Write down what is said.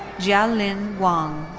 jialin wang.